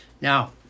Now